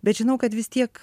bet žinau kad vis tiek